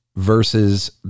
versus